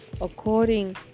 according